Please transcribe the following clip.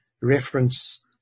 reference